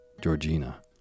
Georgina